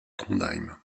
trondheim